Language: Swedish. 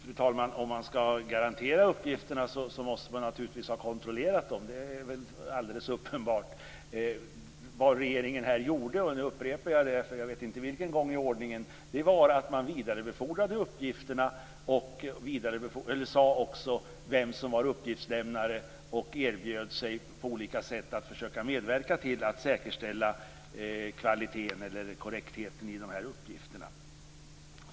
Fru talman! Om man skall garantera uppgifterna måste man naturligtvis ha kontrollerat dem. Det är alldeles uppenbart. Vad regeringen gjorde - och nu upprepar jag det för jag vet inte vilken gång i ordningen - var att man vidarebefordrade uppgifterna och angav vem som var uppgiftslämnare. Man erbjöd sig också på olika sätt att försöka medverka till att säkerställa korrektheten i uppgifterna.